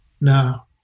No